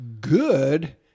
good